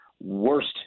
worst